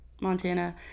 Montana